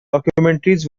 documentaries